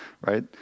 right